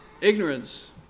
ignorance